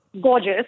gorgeous